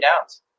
downs